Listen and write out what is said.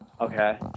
Okay